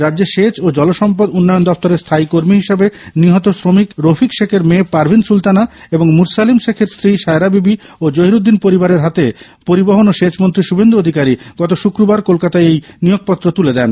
রাজ্যের সেচ ও জলসম্পদ উন্নয়ন দফতরের স্হায়ী কর্মী হিসেবে নিহত শ্রমিক রফিক শেখের মেয়ে পারভিন সুলতানা এবং মুরসালিম শেখের স্ত্রী সায়রা বিবি ও জহিরুদ্দীন পরিবারের হাতে পরিবহন ও সেচ মন্ত্রী শুভেন্দু অধিকারী গতশুক্রবার কলকাতায় এই নিয়োগপত্র তুলে দেন